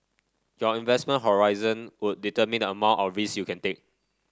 your investment horizon would determine the amount or risks you can take